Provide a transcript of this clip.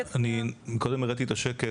קודם הראיתי את השקף,